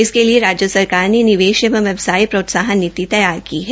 इसके लिए राज्य सरकार ने निवेश एवं व्यवसाय प्रोत्साहन नीति तैयार की है